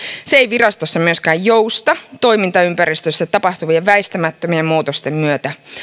se ei virastossa myöskään jousta toimintaympäristössä tapahtuvien väistämättömien muutosten myötä